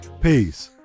Peace